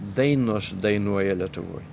dainos dainuoja lietuvoj